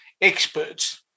experts